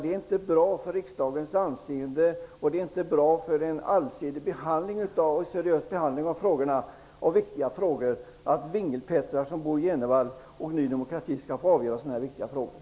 Det är inte bra för riksdagens anseende eller för den allsidiga och seriösa behandlingen av ärendena att vingelpettrar som Bo Jenevall och Ny demokrati i övrigt skall få avgöra så viktiga frågor.